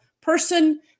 person